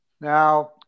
Now